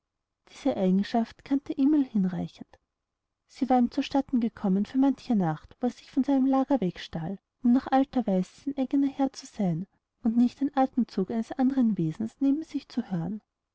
diese eigenschaft kannte emil hinreichend sie war ihm zu statten gekommen für manche nacht wo er sich vom lager wegstahl um nach alter weise sein eigener herr zu sein und nicht den athemzug eines andern wesens neben sich zu hören